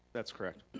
that's correct.